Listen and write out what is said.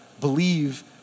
believe